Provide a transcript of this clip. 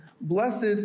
blessed